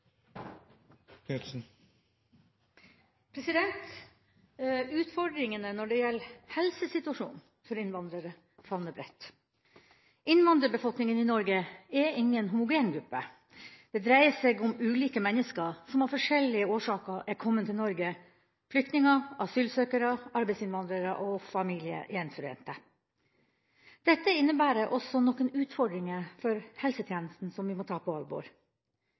tiltak. Utfordringene når det gjelder helsesituasjonen for innvandrere favner bredt. Innvandrerbefolkninga i Norge er ingen homogen gruppe. Det dreier seg om ulike mennesker som av forskjellige årsaker har kommet til Norge: flyktninger, asylsøkere, arbeidsinnvandrere og familiegjenforente. Dette innebærer også noen utfordringer for helsetjenesten, som vi må ta på alvor.